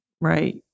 right